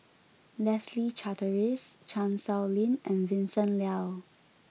Leslie Charteris Chan Sow Lin and Vincent Leow